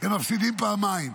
הם מפסידים פעמיים.